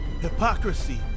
Hypocrisy